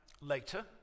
later